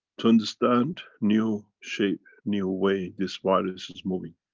to understand new shape, new way this virus is moving.